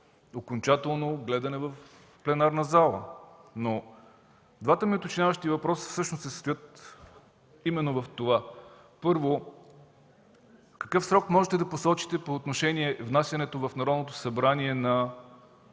окончателно гледане в пленарната зала. Двата ми уточняващи въпроса всъщност се състоят именно в това: Първо, какъв срок можете да посочите по отношение внасянето в Народното събрание на